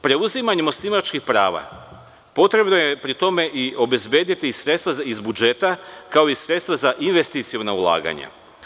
Preuzimanjem osnivačkih prava, potrebno je, pri tome, i obezbediti sredstva iz budžeta, kao i sredstva za investiciona ulaganja.